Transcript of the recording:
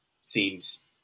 seems